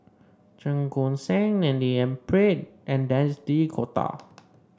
Cheong Koon Seng D N Pritt and Denis D'Cotta